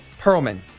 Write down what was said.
Perlman